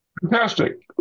Fantastic